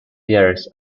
years